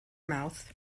mouth